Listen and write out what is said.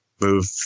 Move